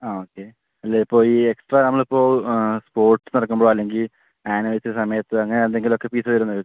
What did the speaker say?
ആ ഓക്കെ അല്ല ഇപ്പോൾ ഈ എക്സ്ട്രാ നമ്മളിപ്പോൾ സ്പോട്സ് നടക്കുമ്പോൾ അല്ലെങ്കിൽ ആനുവൽ ഡേ സമയത്ത് അങ്ങനെന്തെങ്കിലുമൊക്കെ ഫീസ് വരുന്നതോ